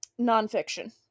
nonfiction